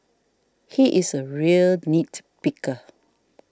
he is a real nit picker